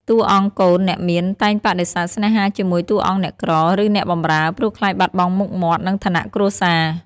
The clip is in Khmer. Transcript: តួអង្គកូនអ្នកមានតែងបដិសេធស្នេហាជាមួយតួអង្គអ្នកក្រ ឬអ្នកបម្រើ ព្រោះខ្លាចបាត់បង់មុខមាត់ និងឋានៈគ្រួសារ។